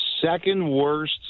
second-worst